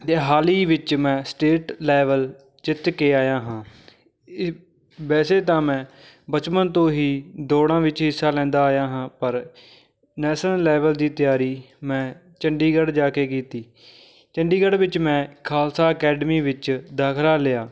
ਅਤੇ ਹਾਲ ਹੀ ਵਿੱਚ ਮੈਂ ਸਟੇਟ ਲੈਵਲ ਜਿੱਤ ਕੇ ਆਇਆ ਹਾਂ ਇ ਵੈਸੇ ਤਾਂ ਮੈਂ ਬਚਪਨ ਤੋਂ ਹੀ ਦੌੜਾਂ ਵਿੱਚ ਹਿੱਸਾ ਲੈਂਦਾ ਆਇਆ ਹਾਂ ਪਰ ਨੈਸ਼ਨਲ ਲੈਵਲ ਦੀ ਤਿਆਰੀ ਮੈਂ ਚੰਡੀਗੜ੍ਹ ਜਾ ਕੇ ਕੀਤੀ ਚੰਡੀਗੜ੍ਹ ਵਿੱਚ ਮੈਂ ਖਾਲਸਾ ਅਕੈਡਮੀ ਵਿੱਚ ਦਾਖਲਾ ਲਿਆ